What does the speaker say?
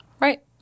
Right